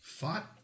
Fought